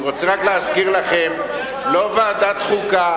אני רוצה להזכיר לכם שלא ועדת החוקה